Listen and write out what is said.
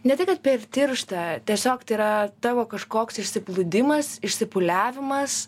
ne tai kad per tiršta tiesiog tai yra tavo kažkoks išsiplūdimas išsipūliavimas